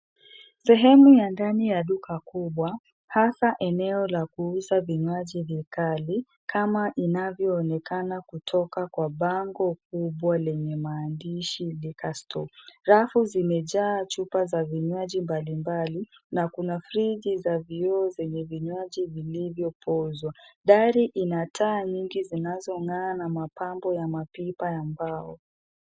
Sehemu ya ndani ya duka kubwa hasa eneo la kuuza vinywaji vikali kama inavyoonekana kutoka kwa bango kubwa lenye maandishi liquor store . Rafu zimejaa chupa za vinywaji mbalimbali na kuna friji za vioo zenye vinywaji vilivyopozwa. Dari ina taa nyingi zinazong'aa na mapambo ya mapipa ya mbao.